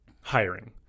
hiring